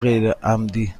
غیرعمدی